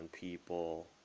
people